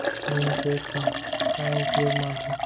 नीम cake ह का उपयोग मा आथे?